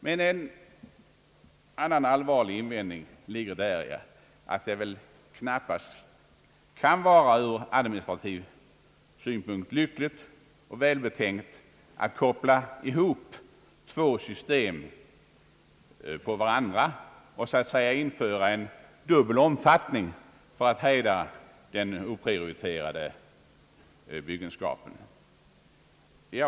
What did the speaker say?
Men en annan allvarlig invändning ligger däri, att det väl knappast kan vara ur administrativ synpunkt lyckligt och välbetänkt att koppla ihop två system ovanpå varandra, och så att säga införa en dubbel omfattning för att hejda den oprioriterade byggenskapen.